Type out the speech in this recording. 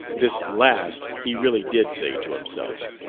this last he really did say to himself.